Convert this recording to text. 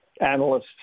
analysts